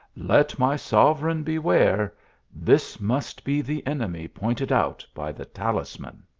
let my sovereign be ware this must be the enemy pointed out by the talisman.